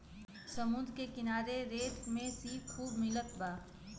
समुंदर के किनारे रेत में सीप खूब मिलत बा